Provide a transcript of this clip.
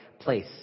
place